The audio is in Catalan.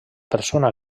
persona